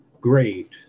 great